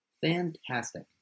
Fantastic